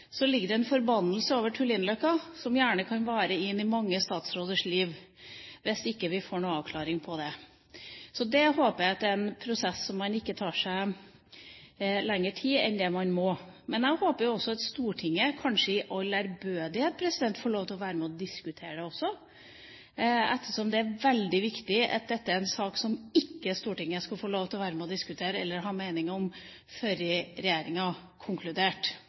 ligger det en forbannelse over Tullinløkka, som gjerne kan vare inn i mange statsråders liv hvis vi ikke får noen avklaring på det. Så jeg håper at dette er en prosess der man ikke tar seg lengre tid enn det man må. Men jeg håper jo også at Stortinget kanskje – i all ærbødighet, president – får lov til å være med på å diskutere det også, ettersom det er veldig viktig at dette er en sak som ikke Stortinget skulle få lov til å være med og diskutere eller ha mening om